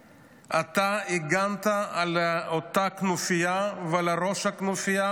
הגנת על אותה כנופיה ועל ראש הכנופיה